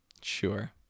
Sure